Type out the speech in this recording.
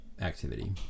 activity